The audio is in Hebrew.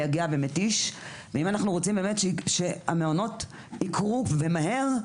מייגע ומתיש ואם אנחנו רוצים באמת שהמעונות ייקרו ומהר,